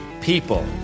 people